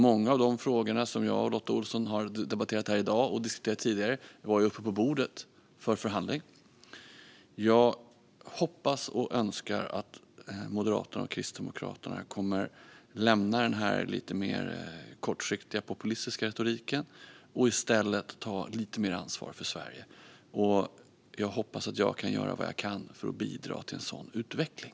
Många av de frågor som jag och Lotta Olsson har debatterat här i dag och diskuterat tidigare var uppe på bordet för förhandling. Jag hoppas och önskar att Moderaterna och Kristdemokraterna lämnar denna lite mer kortsiktiga och populistiska retorik och i stället tar lite mer ansvar för Sverige. Jag hoppas också att jag kan göra vad jag kan för att bidra till en sådan utveckling.